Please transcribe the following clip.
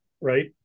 right